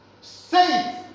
Say